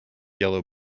yellow